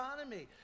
economy